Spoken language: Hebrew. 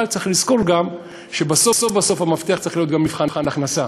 אבל צריך לזכור גם שבסוף בסוף המבחן צריך להיות גם מבחן הכנסה,